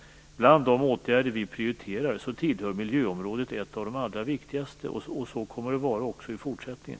Bland de åtgärder som vi prioriterar är, menar jag, miljöområdet ett av de allra viktigaste. Så kommer det att vara även i fortsättningen.